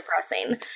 depressing